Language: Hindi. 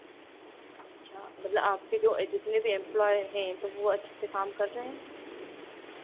अच्छा मतलब आपके जो जितने भी इमप्लॉय हैं तो वो अच्छे से काम कर रहे हैं